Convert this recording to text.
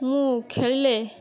ମୁଁ ଖେଳିଲେ